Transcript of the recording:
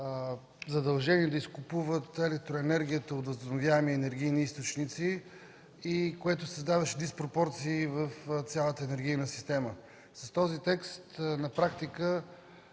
задължени да изкупуват електроенергията от възобновяеми енергийни източници, което създаваше диспропорции в цялата енергийна система. С този текст на практика